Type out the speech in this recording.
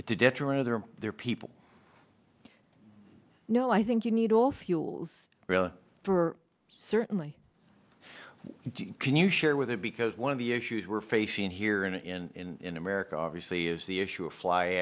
it's a detriment of their their people no i think you need all fuel real for certainly you can you share with it because one of the issues we're facing here in america obviously is the issue of fly